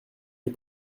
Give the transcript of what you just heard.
les